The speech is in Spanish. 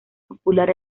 popular